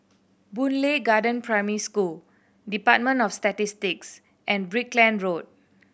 Boon Lay Garden Primary School Department of Statistics and Brickland Road